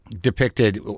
depicted